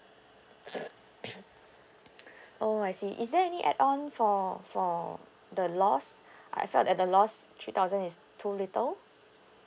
oh I see is there any add on for for the loss I felt that the loss three thousand is too little